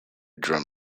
drum